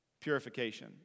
Purification